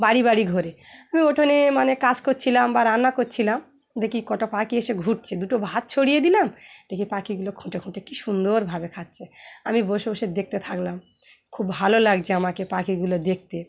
বাড়ি বাড়ি ঘোরে আমি উঠানে মানে কাজ করছিলাম বা রান্না করছিলাম দেখি কটা পাখি এসে ঘুরছে দুটো ভাত ছড়িয়ে দিলাম দেখি পাখিগুলো খুঁটে খুঁটে কী সুন্দরভাবে খাচ্ছে আমি বসে বসে দেখতে থাকলাম খুব ভালো লাগছে আমাকে পাখিগুলো দেখতে